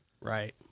Right